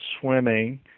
swimming